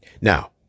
Now